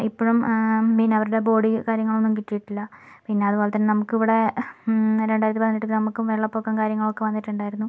ഇപ്പോഴും പിന്നെ അവരുടെ ബോഡി കാര്യങ്ങളൊന്നും കിട്ടിയിട്ടില്ല പിന്നെ അതുപോലെതന്നെ നമുക്കിവിടെ ആ രണ്ടായിരത്തി പതിനെട്ടിൽ നമുക്കും വെള്ളപ്പൊക്കവും കാര്യങ്ങളൊക്കെ വന്നിട്ടുണ്ടായിരുന്നു